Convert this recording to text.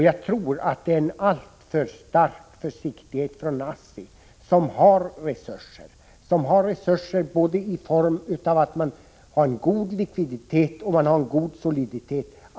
Jag tror att ASSI har visat alltför stor försiktighet. ASSI har resurser, både god likviditet och god soliditet.